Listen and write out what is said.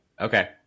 Okay